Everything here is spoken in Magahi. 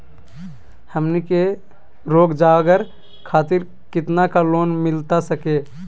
हमनी के रोगजागर खातिर कितना का लोन मिलता सके?